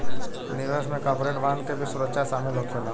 निवेश में corporate bond के भी सुरक्षा शामिल होखेला